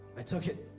i took it.